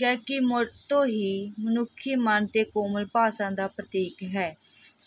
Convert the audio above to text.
ਗਾਇਕੀ ਮੁੜ ਤੋਂ ਹੀ ਮਨੁੱਖੀ ਮਨ ਅਤੇ ਕੋਮਲ ਭਾਸ਼ਾ ਦਾ ਪ੍ਰਤੀਕ ਹੈ